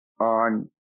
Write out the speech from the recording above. on